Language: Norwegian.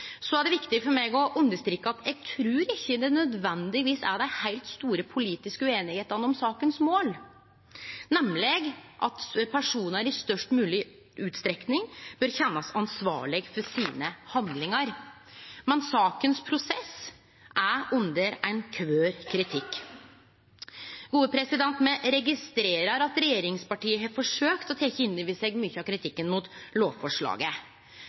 Så er det viktig for meg å understreke at eg ikkje trur det nødvendigvis er dei heilt store politiske ueinigheitene om målet i saka, nemleg at personar i størst mogleg utstrekning bør kjennast ansvarlege for sine handlingar, men prosessen i saka er under all kritikk. Me registrerer at regjeringspartia har forsøkt å ta inn over seg mykje av kritikken mot lovforslaget,